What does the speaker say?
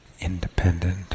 independent